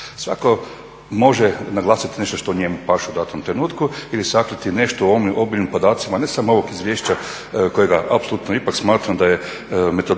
Svatko može naglasiti nešto što njemu paše u datom trenutku ili sakriti nešto u ovim obimnim podacima ne samo ovog izvješća kojega apsolutno ipak smatram da je dobra metodologija